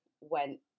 went